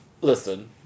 Listen